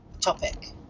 topic